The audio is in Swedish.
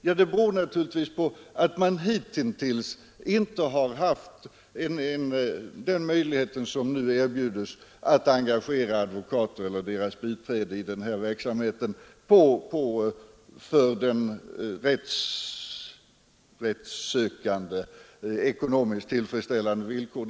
Ja, det beror naturligtvis på att man hitintills inte har haft den möjlighet som nu erbjuds att engagera advokater eller deras biträden i den här verksamheten på för den rättshjälpssökande ekonomiskt tillfredsställande villkor.